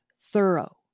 thorough